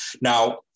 Now